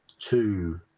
two